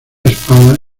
espada